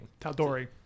Taldori